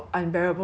but the